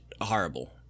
horrible